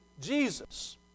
Jesus